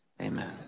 Amen